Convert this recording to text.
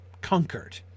conquered